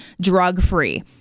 drug-free